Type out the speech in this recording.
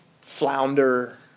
flounder